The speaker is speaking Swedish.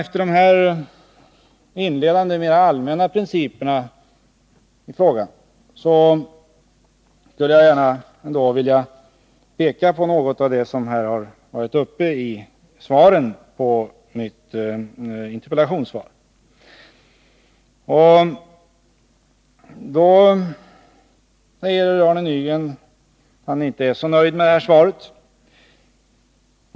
Efter de här inledande, mera allmänna principerna i frågan skulle jag vilja peka på något av det som varit uppe i inläggen efter mitt interpellationssvar. Arne Nygren säger att han inte är så nöjd med svaret.